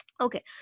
Okay